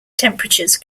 temperatures